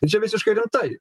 tai čia visiškai rimtai